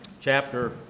Chapter